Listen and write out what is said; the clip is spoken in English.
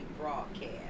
broadcast